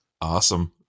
awesome